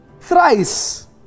thrice